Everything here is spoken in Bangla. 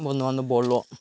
বন্ধু বান্ধব বলল